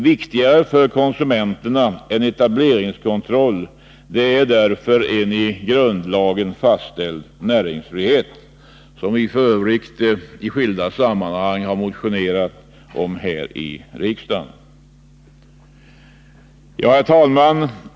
Viktigare för konsumenterna än etableringskontroll är därför en i grundlagen fastställd näringsfrihet, som vi f. ö. i skilda sammanhang har motionerat om här i riksdagen. Herr talman!